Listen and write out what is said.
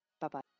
Bye-bye